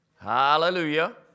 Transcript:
Hallelujah